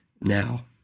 now